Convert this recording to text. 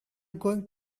going